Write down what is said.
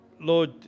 Lord